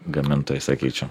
gamintojai sakyčiau